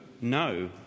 no